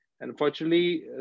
Unfortunately